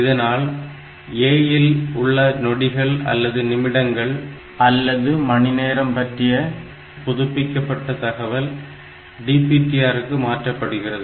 இதனால் A இல் உள்ள நொடிகள் அல்லது நிமிடங்கள் அல்லது மணிநேரம் பற்றிய புதுப்பிக்கப்பட்ட தகவல் DPTR க்கு மாற்றப்பட்டுகிறது